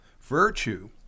virtue